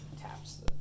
taps